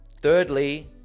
Thirdly